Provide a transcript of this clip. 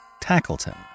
Tackleton